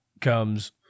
comes